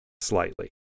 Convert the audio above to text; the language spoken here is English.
slightly